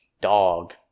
dog